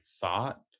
thought